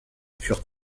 furent